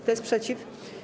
Kto jest przeciw?